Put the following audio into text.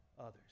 others